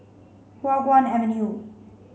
Hua Guan Avenue